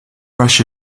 rush